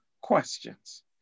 questions